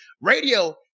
Radio